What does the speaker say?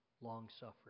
long-suffering